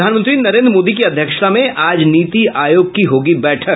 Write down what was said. प्रधानमंत्री नरेंद्र मोदी की अध्यक्षता में आज नीति आयोग की होगी बैठक